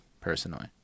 personally